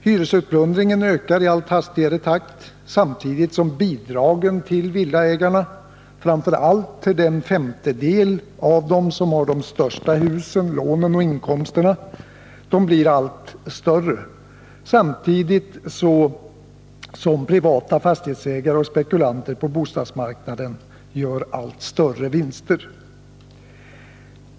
Hyresutplundringen ökar i allt hastigare takt samtidigt som bidragen till villaägarna — framför allt den femtedel av dem som har de största husen, lånen och inkomsterna — blir allt större, medan privata fastighetsägare och spekulanter på bostadsmarknaden gör allt större vinster.